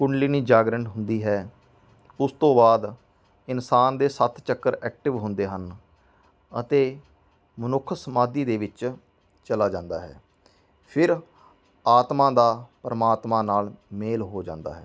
ਕੁੰਡਲੀਨੀ ਜਾਗਰਣ ਹੁੰਦੀ ਹੈ ਉਸ ਤੋਂ ਬਾਅਦ ਇਨਸਾਨ ਦੇ ਸੱਤ ਚੱਕਰ ਐਕਟਿਵ ਹੁੰਦੇ ਹਨ ਅਤੇ ਮਨੁੱਖ ਸਮਾਧੀ ਦੇ ਵਿੱਚ ਚਲਾ ਜਾਂਦਾ ਹੈ ਫਿਰ ਆਤਮਾ ਦਾ ਪਰਮਾਤਮਾ ਨਾਲ ਮੇਲ ਹੋ ਜਾਂਦਾ ਹੈ